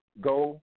go